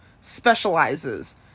specializes